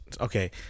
Okay